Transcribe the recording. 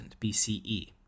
BCE